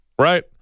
right